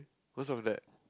what's wrong with that